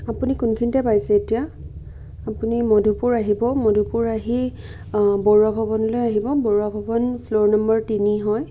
আপুনি কোনখিনিতে পাইছে এতিয়া আপুনি মধুপুৰ আহিব মধুপুৰ আহি বৰুৱা ভৱনলৈ আহিব বৰুৱা ভৱন ফ্ল'ৰ নম্বৰ তিনি হয়